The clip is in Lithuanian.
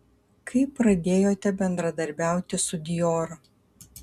kada pradėjote bendradarbiauti su dior